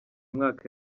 mwaka